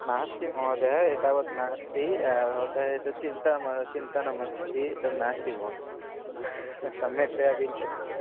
नास्ति महोदय एतावत् नास्ति भवतः एतद् चिन्ता म चिन्तनम् अस्ति तद् नास्ति भोः तत् सम्यक्तया बिल् पश्यतु